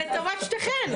לטובת שתיכן.